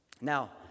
now